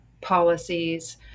policies